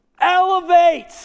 Elevate